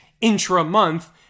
intra-month